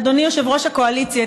אדוני יושב-ראש הקואליציה,